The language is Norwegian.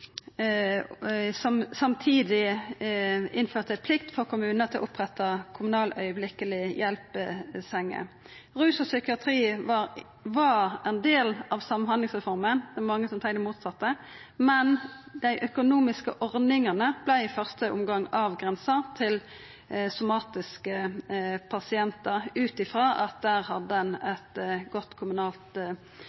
vart samtidig innført ei plikt for kommunane til å oppretta kommunale augeblikkeleg hjelp-senger. Rus og psykiatri var ein del av samhandlingsreforma – det er mange som seier det motsette – men dei økonomiske ordningane vart i første omgang avgrensa til somatiske pasientar, ut frå at ein hadde